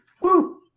Woo